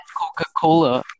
Coca-Cola